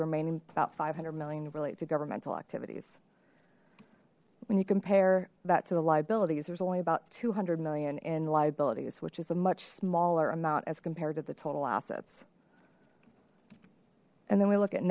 remaining about five hundred million relate to governmental activities when you compare that to the liabilities there's only about two hundred million in liabilities which is a much smaller amount as compared to the total assets and then we look at